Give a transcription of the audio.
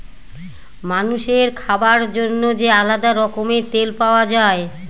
মানুষের খাবার জন্য যে আলাদা রকমের তেল পাওয়া যায়